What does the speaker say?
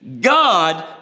God